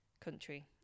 country